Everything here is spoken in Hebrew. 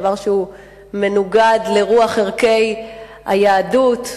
דבר שהוא מנוגד לרוח ערכי היהדות.